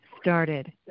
started